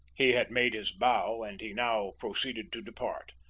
he had made his bow, and he now proceeded to depart,